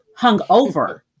hungover